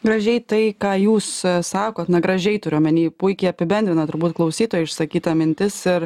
gražiai tai ką jūs sakot na gražiai turiu omeny puikiai apibendrina turbūt klausytojų išsakyta mintis ir